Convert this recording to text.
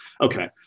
Okay